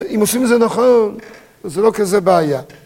אם עושים את זה נכון, זה לא כזה בעיה.